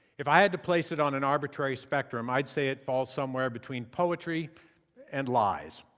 if i had to place it on an arbitrary spectrum, i'd say it falls somewhere between poetry and lies.